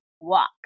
walk